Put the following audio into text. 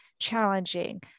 challenging